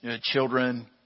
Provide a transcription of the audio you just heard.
children